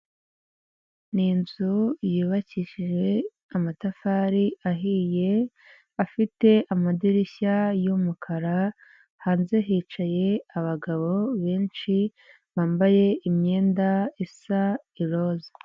Ni inzu yubakishije amatafari ahiye afite amadirishya yumukara hanze hicaye abagabo benshi bambaye imyenda isa i roza.